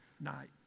night